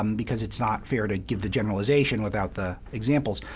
um because it's not fair to give the generalization without the examples.